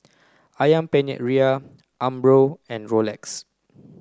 Ayam Penyet Ria Umbro and Rolex